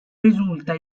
risulta